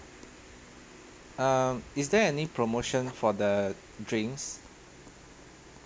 um is there any promotion for the drinks